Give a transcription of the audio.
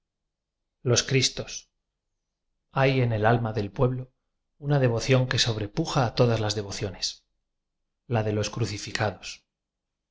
los cristos h a y en el alm a del pueblo una devoción que sobrepuja a todas las devociones la de los crucificados